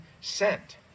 sent